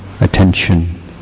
attention